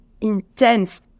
intense